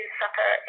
suffer